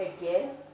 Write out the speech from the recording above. again